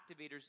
activators